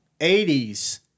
80s